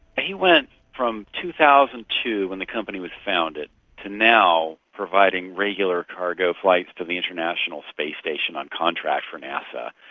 he went from two thousand and two when the company was founded to now providing regular cargo flights to the international space station on contract for nasa.